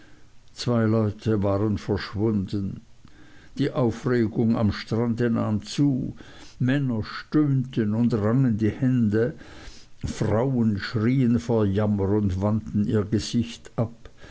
zwei leute waren verschwunden die aufregung am strande nahm zu männer stöhnten und rangen die hände frauen schrieen vor jammer und wandten ihr gesicht ab